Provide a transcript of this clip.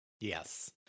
Yes